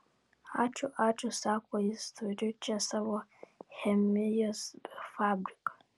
ačiū ačiū sako jis turiu čia savo chemijos fabriką